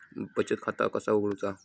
बचत खाता कसा उघडूचा?